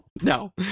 no